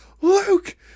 Luke